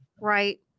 Right